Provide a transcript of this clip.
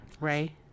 Ray